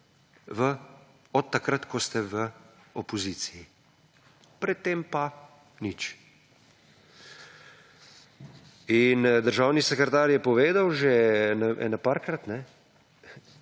od takrat ko ste v opoziciji. Pred tem pa nič. In državni sekretar je povedal že ene parkrat,